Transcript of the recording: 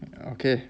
okay